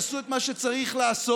תעשו את מה שצריך לעשות